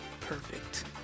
Perfect